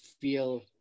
feel